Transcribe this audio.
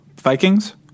Vikings